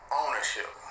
ownership